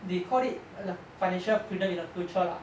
they call it li~ financial freedom in the future lah